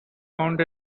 found